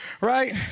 right